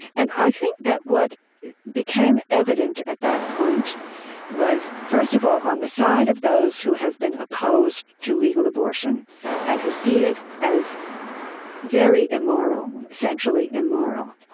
and i think that what became evident at that point was, first of all, on the side of those who have been opposed to legal abortion and who see it as very immoral, essentially immoral,